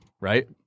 Right